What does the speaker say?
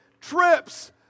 trips